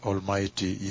Almighty